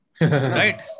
Right